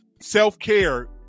self-care